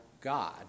God